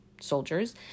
soldiers